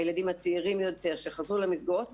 הילדים הצעירים יותר שחזרו למסגרות,